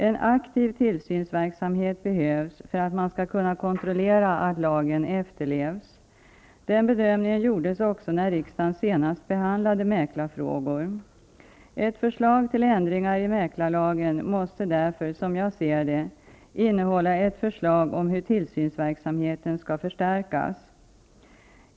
En aktiv tillsynsverksamhet behövs för att man skall kunna kontrollera att lagen efterlevs. Denna bedömning gjordes också när riksdagen senast behandlade mäklarfrågor . Ett förslag till ändringar i mäklarlagen måste därför som jag ser det innehålla ett förslag om hur tillsynsverksamheten skall förstärkas.